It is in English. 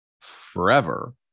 forever